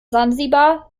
sansibar